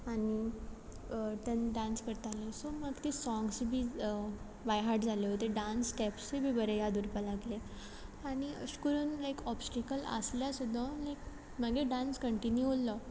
आनी तेन्ना डांस करतालें सो म्हाका तीं सॉंग्स बी बायहाट जाल्यो ते डांस स्टॅप्सूय बी बरे याद उरपा लागले आनी अशें करून लायक ऑब्स्टिकल आसल्या सुद्दां लायक म्हागे डांस कंण्टिन्यू उल्लो